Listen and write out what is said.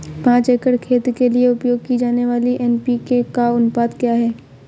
पाँच एकड़ खेत के लिए उपयोग की जाने वाली एन.पी.के का अनुपात क्या है?